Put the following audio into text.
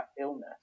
illness